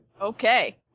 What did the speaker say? Okay